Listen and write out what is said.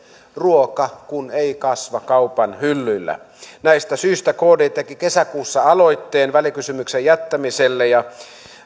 ruoka kun ei kasva kaupan hyllyillä näistä syistä kd teki kesäkuussa aloitteen välikysymyksen jättämisestä